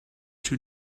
two